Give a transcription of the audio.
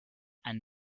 and